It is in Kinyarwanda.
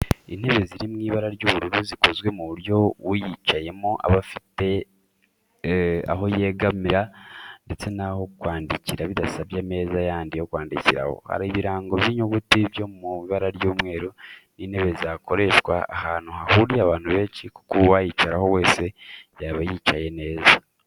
Intebe ziri mu ibara ry'ubururu zikozwe ku buryo uyicayeho aba afite aho yegamira ndetse n'aho kwandikira bidasabye ameza yandi yo kwandikiraho, hariho ibirango by'inyuguti byo mu ibara ry'umweru. Ni intebe zakoreshwa ahantu hahuriye abantu benshi kuko uwayicaraho wese yaba yicaye neza.